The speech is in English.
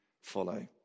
follow